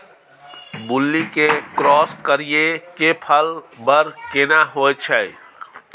मूली के क्रॉस करिये के फल बर केना होय छै?